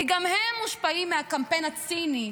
כי גם הם מושפעים מהקמפיין הציני,